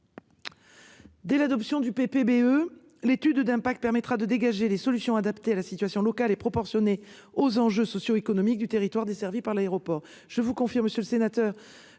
Dès l'adoption du PPBE, l'étude d'impact permettra de dégager les solutions adaptées à la situation locale, et proportionnées aux enjeux socio-économiques du territoire desservi par l'aéroport.